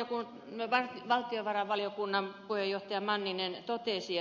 aivan kuten valtiovarainvaliokunnan puheenjohtaja manninen totesi